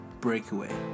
Breakaway